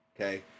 okay